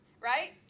right